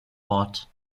wort